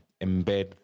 embed